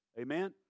Amen